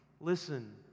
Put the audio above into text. Listen